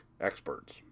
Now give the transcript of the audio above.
experts